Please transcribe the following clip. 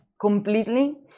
completely